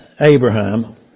Abraham